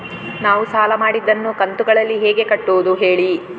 ನಾವು ಸಾಲ ಮಾಡಿದನ್ನು ಕಂತುಗಳಲ್ಲಿ ಹೇಗೆ ಕಟ್ಟುದು ಹೇಳಿ